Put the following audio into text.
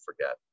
forget